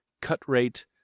cut-rate